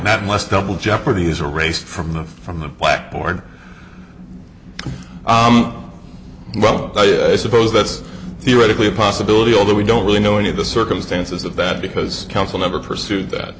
not less double jeopardy as a race from the from the blackboard well i suppose that theoretically a possibility although we don't really know any of the circumstances of that because counsel never pursued that